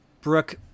Brooke